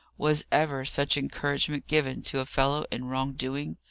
was ever such encouragement given to a fellow in wrong-doing?